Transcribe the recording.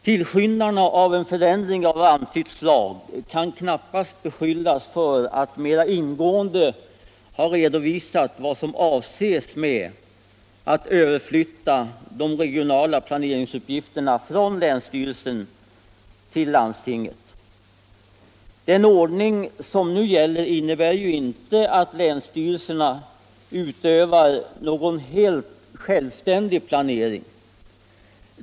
Tillskyndarna av en förändring av antytt slag kan knappast beskyllas för att mera ingående redovisa vad som avses med att överflytta de regionala planeringsuppgifterna från länsstyrelserna till landstingen. Den ordning som nu gäller innebär ju inte att länsstyrelserna utövar någon helt självständig planering.